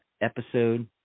episode